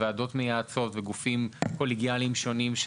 ועדות מייעצות וגופים קולגיאליים שונים,